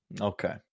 Okay